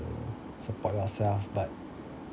to support yourself but